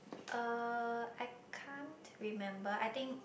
uh I can't remember I think